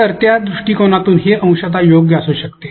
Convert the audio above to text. तर त्या दृष्टीकोनातून हे अंशतः योग्य असू शकते